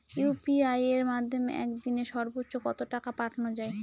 UPI এর মাধ্যমে এক দিনে সর্বচ্চ কত টাকা পাঠানো যায়?